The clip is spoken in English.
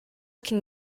can